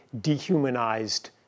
dehumanized